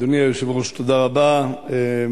אדוני היושב-ראש, תודה רבה.